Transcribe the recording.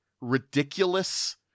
ridiculous